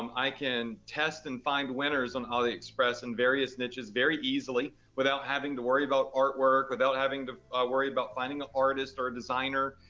um i can test and find winners on aliexpress in various niches very easily without having to worry about artwork, without having to worry about finding and artist or a designer.